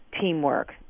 teamwork